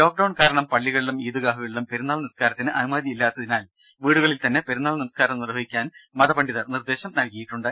lockdown കാരണം പള്ളികളിലും ഈദ്ഗാഹുകളിലും പെരുന്നാൾ നിസ്കാരത്തിന് അനുമതിയില്ലാത്തതിനാൽ വീടുകളിൽ തന്നെ പെരുന്നാൾ നിസ്കാരം നിർവഹിക്കാൻ മതപണ്ഡിതർ നിർദേശം നൽകിയിട്ടുണ്ട്